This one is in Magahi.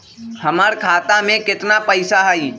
हमर खाता में केतना पैसा हई?